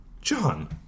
John